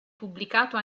pubblicato